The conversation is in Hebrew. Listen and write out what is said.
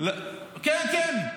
כן, כן.